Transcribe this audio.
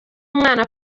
umwana